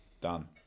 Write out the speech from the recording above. Done